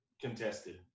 contested